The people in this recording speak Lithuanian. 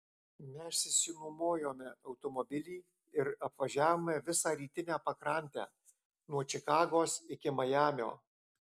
mes išsinuomojome automobilį ir apvažiavome visą rytinę pakrantę nuo čikagos iki majamio